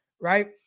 right